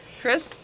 Chris